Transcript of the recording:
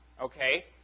Okay